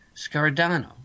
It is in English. Scardano